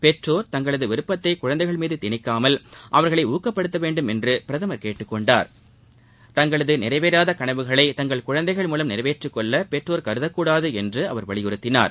பெற்றோர் தங்களது விருப்பத்தை குழந்தைகள் மீது திணிக்காமல் அவர்களை ஊக்கப்படுத்தவேண்டும் என்று பிரதமர் கேட்டுக்கொண்டார் தங்களது நிறைவேறாத கனவுகளை தங்கள் குழந்தைகள் மூலம் நிறைவேற்றிக்கொள்ள பெற்றோர் கருதக்கூடாது என்று அவர் வலியுறுத்தினார்